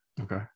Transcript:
Okay